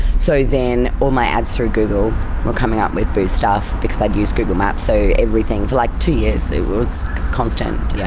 so then all my ads through google were coming up with booze stuff because i'd used google maps. so everything, for like two years it was constant. yeah